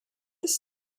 this